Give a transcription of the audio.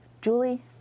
Julie